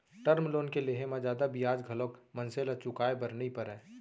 term loan के लेहे म जादा बियाज घलोक मनसे ल चुकाय बर नइ परय